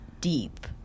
deep